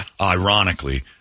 ironically